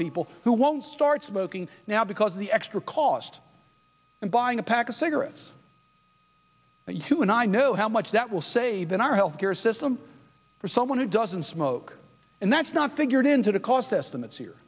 people who won't start smoking now because the extra cost of buying a pack of cigarettes and two and i know how much that will save in our health care system for someone who doesn't smoke and that's not figured into the cost estimates here